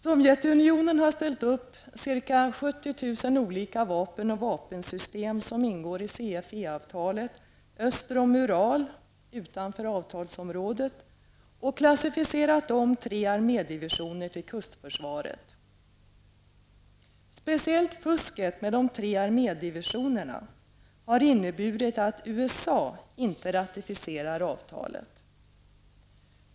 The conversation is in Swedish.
Sovjetunionen har ställt upp ca 70 000 olika vapen som ingår i CFE-avtalet öster om Ural och klassificerat om tre armédivisioner till kustförsvaret. Speciellt fusket med de tre armédivisionerna har inneburit att USA inte ratificerar avtalet.